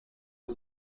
aux